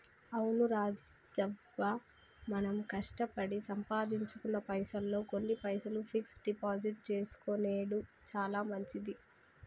అవును రాజవ్వ మనం కష్టపడి సంపాదించుకున్న పైసల్లో కొన్ని పైసలు ఫిక్స్ డిపాజిట్ చేసుకొనెడు చాలా మంచిది